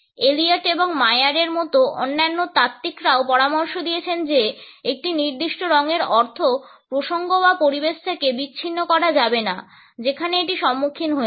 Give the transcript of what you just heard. Elliot এবং মায়ারের মতো অন্যান্য তাত্ত্বিকরাও পরামর্শ দিয়েছেন যে একটি নির্দিষ্ট রঙের অর্থ প্রসঙ্গ বা পরিবেশ থেকে বিচ্ছিন্ন করা যাবে না যেখানে এটি সম্মুখীন হয়েছে